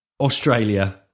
Australia –